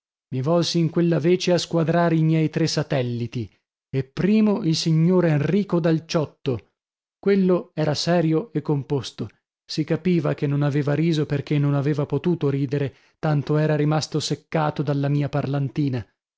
mi volsi in quella vece a squadrare i miei tre satelliti e primo il signor enrico dal ciotto quello era serio e composto si capiva che non aveva riso perchè non aveva potuto ridere tanto era rimasto seccato dalla mia parlantina